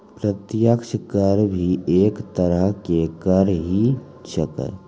प्रत्यक्ष कर भी एक तरह के कर ही छेकै